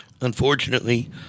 Unfortunately